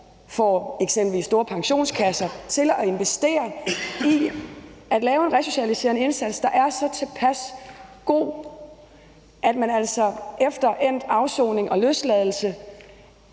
får eksempelvis store pensionskasser til at investere i at lave en resocialiserende indsats, der er så tilpas god, at man altså efter endt afsoning og løsladelse